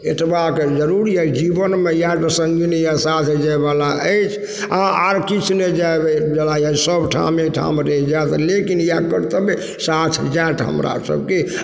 अतबाके जरूरी अछि अइ जीवनमे इएह सङ्गमे साथ जाइवला अछि आओर आओर किछु नहि जाइवला अछि सब ठामे ठाम रहि जाइत लेकिन इएह कर्तव्य साथ जाइत हमरा सभके